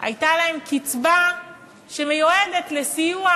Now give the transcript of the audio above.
הייתה להם קצבה שמיועדת לסיוע,